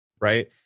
right